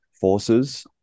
forces